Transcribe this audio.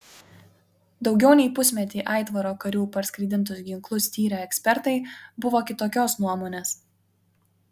daugiau nei pusmetį aitvaro karių parskraidintus ginklus tyrę ekspertai buvo kitokios nuomonės